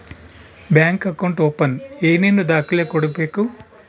Bank account open ಏನೇನು ದಾಖಲೆ ಕೊಡಬೇಕು?